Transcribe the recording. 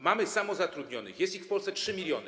Mamy samozatrudnionych, jest ich w Polsce 3 mln.